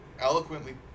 eloquently